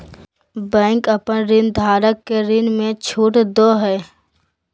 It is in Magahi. बैंक अपन ऋणधारक के ऋण में छुट दो हइ